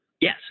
Yes